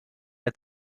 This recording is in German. der